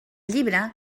llibre